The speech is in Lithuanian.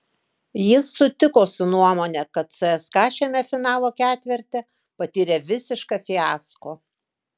jis sutiko su nuomone kad cska šiame finalo ketverte patyrė visišką fiasko